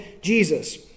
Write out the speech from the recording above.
Jesus